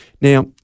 Now